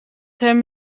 hem